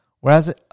Whereas